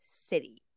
city